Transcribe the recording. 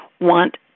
want